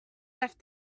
left